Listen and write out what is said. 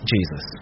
Jesus